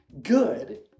good